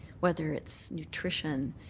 whether it's nutrition,